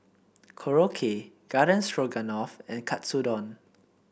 Korokke Garden Stroganoff and Katsudon